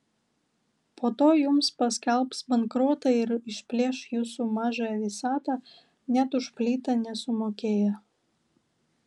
po to jums paskelbs bankrotą ir išplėš jūsų mažąją visatą net už plytą nesumokėję